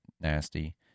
nasty